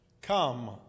Come